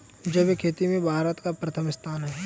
जैविक खेती में भारत का प्रथम स्थान है